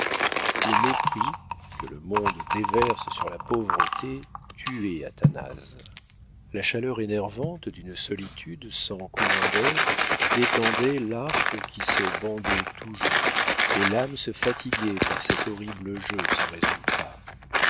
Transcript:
le mépris que le monde déverse sur la pauvreté tuait athanase la chaleur énervante d'une solitude sans courant d'air détendait l'arc qui se bandait toujours et l'âme se fatiguait par cet horrible jeu sans résultat